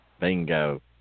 bingo